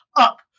up